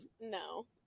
No